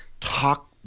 talk